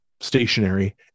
stationary